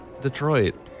Detroit